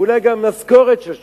אולי גם משכורת של שופט,